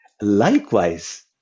Likewise